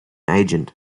agent